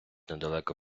недалеко